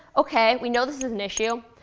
ok, we know this is an issue.